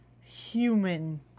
human